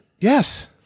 Yes